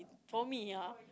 for me uh